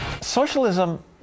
Socialism